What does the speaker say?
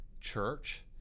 church